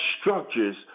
structures